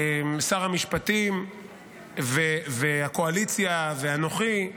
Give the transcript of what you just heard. שר המשפטים והקואליציה ואנוכי,